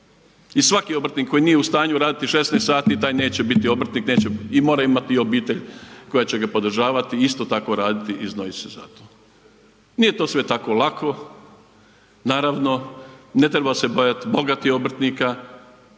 i svaki obrtnik koji nije u stanju raditi 16 sati, taj neće biti obrtnik, i mora imati i obitelj koja će ga podržavati i isto tako radit i znojit se za to. nije to sve tako lako, naravno, ne treba se bojati bogatih obrtnika,